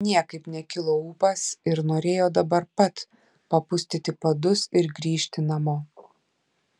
niekaip nekilo ūpas ir norėjo dabar pat papustyti padus ir grįžti namo